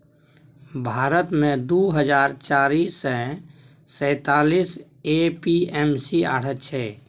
भारत मे दु हजार चारि सय सैंतालीस ए.पी.एम.सी आढ़त छै